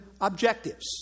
objectives